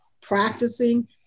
practicing